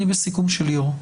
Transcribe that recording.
אני בסיכום של היושב-ראש,